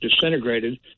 disintegrated